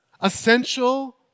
Essential